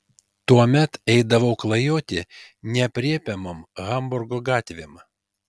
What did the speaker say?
tuomet eidavau klajoti neaprėpiamom hamburgo gatvėm